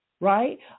right